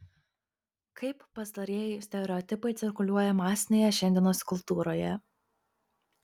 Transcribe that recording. kaip pastarieji stereotipai cirkuliuoja masinėje šiandienos kultūroje